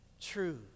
True